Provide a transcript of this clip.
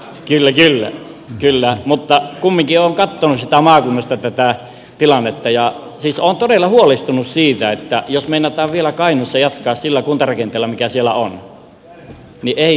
kyllä kyllä mutta kumminkin olen katsonut siitä maakunnasta tätä tilannetta ja olen todella huolestunut siitä että jos meinataan vielä kainuussa jatkaa sillä kuntarakenteella mikä siellä on niin ei hyvä seuraa